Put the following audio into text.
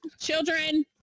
children